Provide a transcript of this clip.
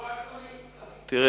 אתה,